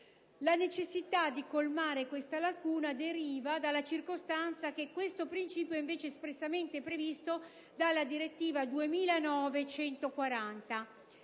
La necessità di colmare tale lacuna deriva dalla circostanza che detto principio è invece espressamente previsto dalla direttiva